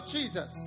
Jesus